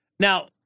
Now